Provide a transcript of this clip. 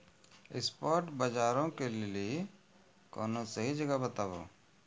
spot बजारो के लेली कोनो सही जगह बताबो